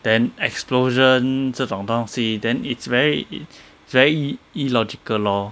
then explosion 这种东西 then it's veryit's very illogical lor